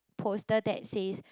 poster that says